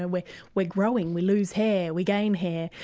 ah we're we're growing, we lose hair, we gain hair,